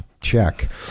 check